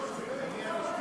אני מחדש את ישיבת